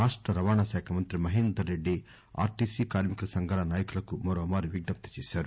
రాష్ణ రవాణా శాఖా మంత్రి మహేందర్ రెడ్డి ఆర్టిసి కార్మికుల సంఘాల నాయకులకు మరోమారు విజ్ఞప్తి చేశారు